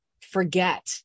forget